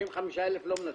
35,000 לא מנצלות.